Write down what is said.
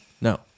No